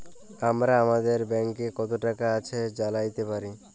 আমরা আমাদের ব্যাংকে কত টাকা আছে জাইলতে পারি